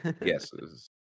guesses